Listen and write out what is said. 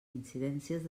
incidències